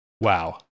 wow